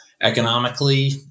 economically